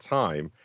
time